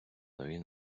нові